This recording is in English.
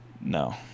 No